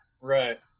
Right